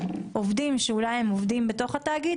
עובדים שעובדים בתוך התאגיד,